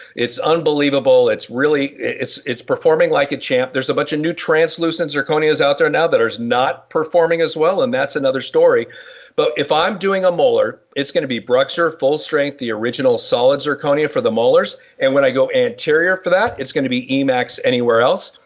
it's unbelievable it's really it's it's performing like a champ there's a bunch of new translucent zirconia is out there now that ours not performing as well and that's another story but if i'm doing a molar it's gonna be bruxer full strength the original solid zirconia for the molars and when i go anterior for that it's going to be emacs anywhere else.